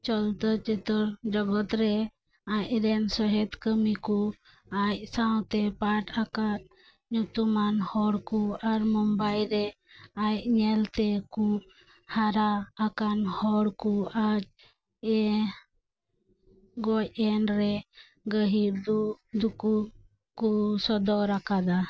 ᱪᱚᱞᱛᱚ ᱪᱤᱛᱟᱹᱨ ᱡᱚᱜᱚᱛ ᱨᱮ ᱟᱡᱨᱮᱱ ᱥᱚᱦᱮᱫ ᱠᱟᱹᱢᱤ ᱠᱚ ᱟᱡ ᱥᱟᱶᱛᱮ ᱯᱟᱴᱷ ᱟᱠᱟᱫ ᱧᱩᱛᱩᱢᱟᱱ ᱦᱚᱲ ᱠᱚ ᱟᱨ ᱢᱩᱢᱵᱟᱭ ᱨᱮ ᱟᱡ ᱧᱮᱞᱛᱮ ᱠᱚ ᱦᱟᱨᱟ ᱟᱠᱟᱱ ᱦᱚᱲ ᱠᱚ ᱟᱡ ᱮ ᱜᱚᱡ ᱮᱱᱨᱮ ᱜᱟᱹᱦᱤᱨ ᱫᱩᱠ ᱫᱩᱠ ᱠᱚ ᱥᱚᱫᱚᱨ ᱟᱠᱟᱫᱟ